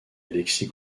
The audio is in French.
alexis